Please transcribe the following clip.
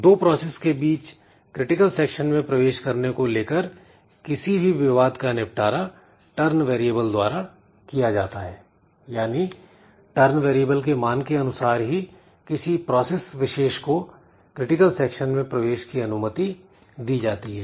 दो प्रोसेस के बीच क्रिटिकल सेक्शन में प्रवेश करने को लेकर किसी भी विवाद का निपटारा Turn वेरिएबल द्वारा किया जाता है यानी Turn वेरिएबल के मान के अनुसार ही किसी प्रोसेस विशेष को क्रिटिकल सेक्शन में प्रवेश की अनुमति दी जाती है